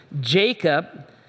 Jacob